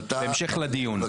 בהמשך לדיון.